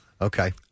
okay